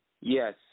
Yes